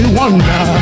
wonder